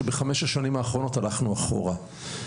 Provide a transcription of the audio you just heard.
שבחמשת השנים האחרונות הלכנו אחורה.